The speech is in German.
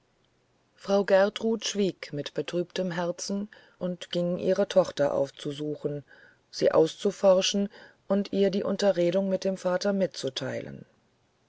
frau gertrud schwieg mit betrübtem herzen und ging ihre tochter aufzusuchen sie auszuforschen und ihr die unterredung mit dem vater mitzuteilen